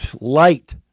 Light